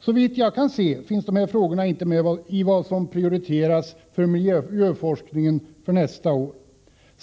Såvitt jag kan se finns de här frågorna inte med bland dem som prioriteras inom miljöforskningen nästa år.